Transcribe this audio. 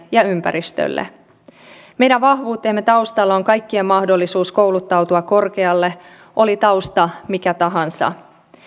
ja ympäristön osalta meidän vahvuutemme taustalla on kaikkien mahdollisuus kouluttautua korkealle oli tausta mikä tahansa